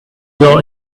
girl